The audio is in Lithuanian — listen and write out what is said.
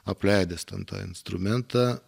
apleidęs ten tą instrumentą